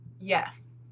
Yes